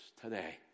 today